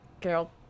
Carol